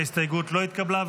ההסתייגות לא התקבלה.